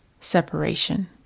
separation